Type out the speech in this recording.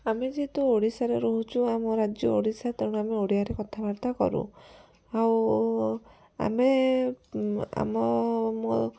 ଆମେ ଯେହେତୁ ଓଡ଼ିଶାରେ ରହୁଛୁ ଆମ ରାଜ୍ୟ ଓଡ଼ିଶା ତେଣୁ ଆମେ ଓଡ଼ିଆରେ କଥାବାର୍ତ୍ତା କରୁ ଆଉ ଆମେ ଆମ ମୋ